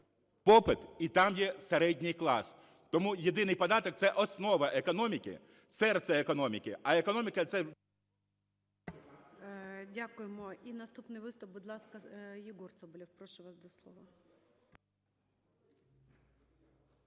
попит і там є середній клас. Тому єдиний податок – це основа економіки, серце економіки,